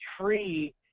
tree